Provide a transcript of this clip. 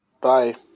Bye